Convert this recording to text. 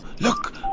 look